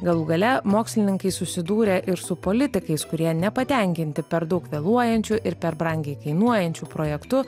galų gale mokslininkai susidūrė ir su politikais kurie nepatenkinti per daug vėluojančiu ir per brangiai kainuojančių projektu